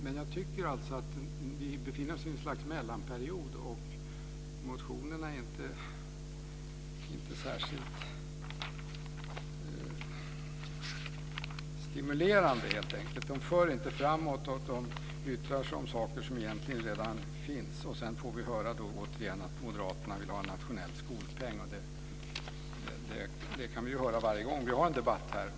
Men jag tycker att vi befinner oss i ett slags mellanperiod. Motionerna är helt enkelt inte särskilt stimulerande. De för inte framåt, och man yttrar sig om saker som egentligen redan finns. Sedan får vi återigen höra att moderaterna vill ha en nationell skolpeng. Det kan vi höra varje gång vi har en debatt här.